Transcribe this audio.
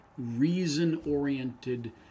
reason-oriented